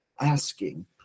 asking